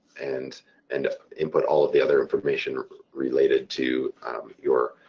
and and input all of the other information related to your